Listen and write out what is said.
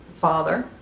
father